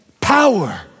Power